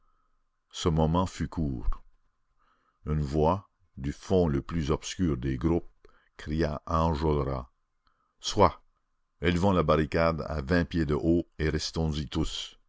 ce moment fut court une voix du fond le plus obscur des groupes cria à enjolras soit élevons la barricade à vingt pieds de haut et restons y tous